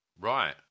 Right